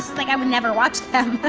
like i would never watch them.